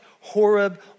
Horeb